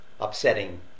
upsetting